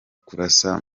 kurasa